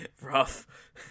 Rough